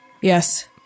Yes